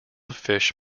fish